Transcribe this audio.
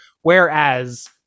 whereas